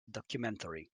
documentary